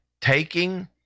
taking